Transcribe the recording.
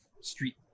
street